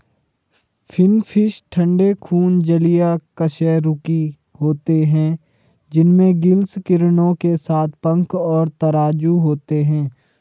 finfish ठंडे खून जलीय कशेरुकी होते हैं जिनमें गिल्स किरणों के साथ पंख और तराजू होते हैं